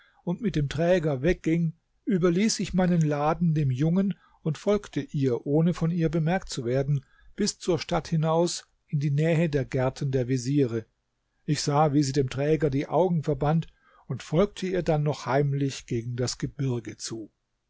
und mit dem träger wegging überließ ich meinen laden dem jungen und folgte ihr ohne von ihr bemerkt zu werden bis zur stadt hinaus in die nähe der gärten der veziere ich sah wie sie dem träger die augen verband und folgte ihr dann noch heimlich gegen das gebirge zu